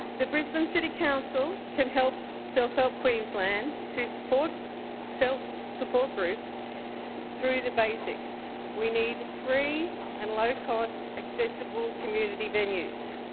the brisbane city council can help self help queensland queensland to support self support groups through the basics. we need free and low-cost accessible community venues.